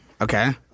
Okay